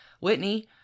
Whitney